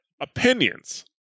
opinions